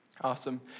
Awesome